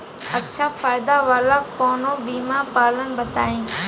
अच्छा फायदा वाला कवनो बीमा पलान बताईं?